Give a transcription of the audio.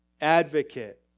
Advocate